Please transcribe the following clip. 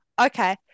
okay